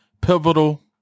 pivotal